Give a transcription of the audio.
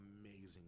amazing